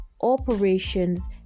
operations